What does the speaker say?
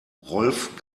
rolf